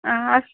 आं